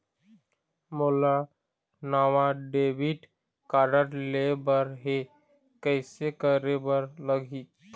मोला नावा debit card लेबर हे, कइसे करे बर लगही?